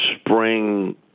spring